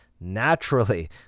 naturally